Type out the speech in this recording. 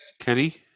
Kenny